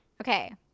okay